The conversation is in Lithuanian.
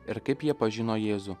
ir kaip jie pažino jėzų